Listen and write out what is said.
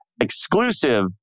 exclusive